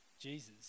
Jesus